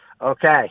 Okay